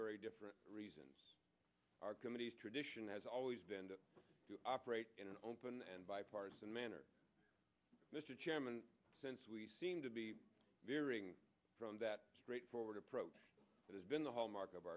very different reasons our committee's tradition has always been to operate in an open and bipartisan manner mr chairman since we seem to be veering from that straightforward approach that has been the hallmark of